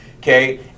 okay